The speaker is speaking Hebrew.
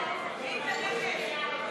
סעיף תקציבי 02,